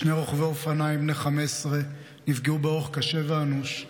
שני רוכבי אופניים בני 15 נפגעו באורח קשה ואנוש,